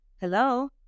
hello